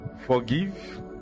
Forgive